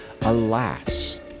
alas